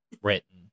written